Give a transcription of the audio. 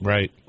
Right